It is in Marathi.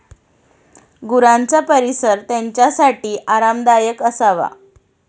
गुरांचा परिसर त्यांच्यासाठी आरामदायक असावा